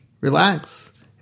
relax